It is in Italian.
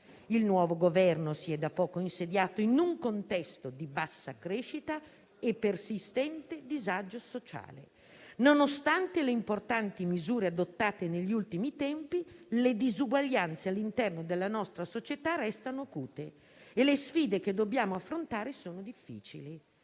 Il nuovo Governo si è da poco insediato in un contesto di bassa crescita e persistente disagio sociale. Nonostante le misure importanti adottate negli ultimi tempi, le disuguaglianze all'interno della nostra società restano acute e le sfide che dobbiamo affrontare sono difficili.